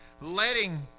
letting